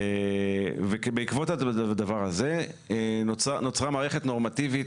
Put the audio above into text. בעקבות הדבר הזה נוצרה מערכת נורמטיבית,